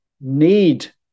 need